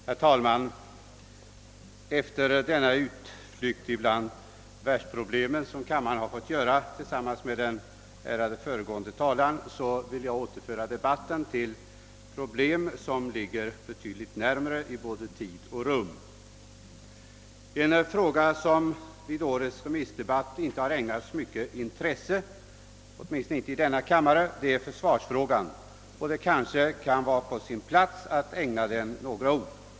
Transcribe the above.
Herr talman! Efter den utflykt bland världsproblemen som kammarledamöterna har fått göra tillsammans med den föregående ärade talaren vill jag återföra debatten till problem som ligger betydligt närmare i både tid och rum. En fråga som vid årets remissdebatt inte har ägnats mycket intresse — åtminstone inte i denna kammare — är försvarsfrågan, och det kanske kan vara på sin plats att ägna den några ord.